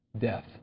death